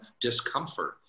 discomfort